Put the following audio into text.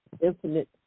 infinite